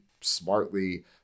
smartly